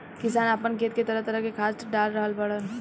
किसान आपना खेत में तरह तरह के खाद डाल रहल बाड़न